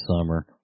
summer